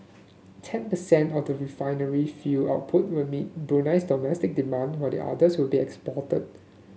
ten percent of the refinery fuel output will meet Brunei's domestic demand while the others will be exported